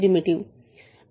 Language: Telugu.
మనం నిరూపించాల్సినది ఏమిటి